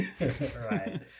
right